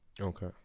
okay